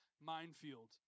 minefield